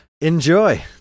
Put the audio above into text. enjoy